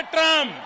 Trump